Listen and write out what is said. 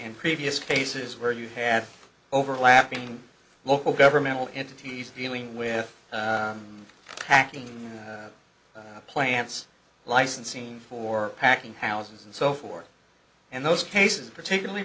in previous cases where you have overlapping local governmental entities dealing with packing plants licensing for packing houses and so forth and those cases particularly